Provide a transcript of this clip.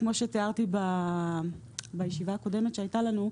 כמו שתיארתי בישיבה הקודמת שהייתה לנו,